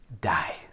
Die